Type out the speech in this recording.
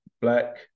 black